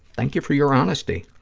thank you for your honesty.